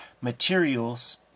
materials